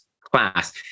class